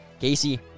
Casey